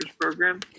program